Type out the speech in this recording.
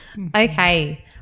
Okay